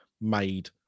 made